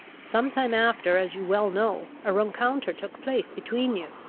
some time after, as you well know, a rencounter took place between you,